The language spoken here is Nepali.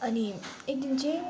अनि एकदिन चाहिँ